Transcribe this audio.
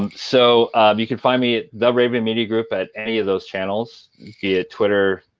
and so you can find me at the raven media group at any of those channels, be it twitter,